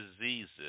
diseases